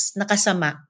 nakasama